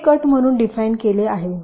हे कट म्हणून डिफाइन केले आहे